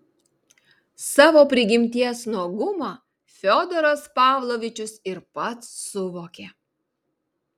savo prigimties nuogumą fiodoras pavlovičius ir pats suvokė